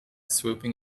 swooping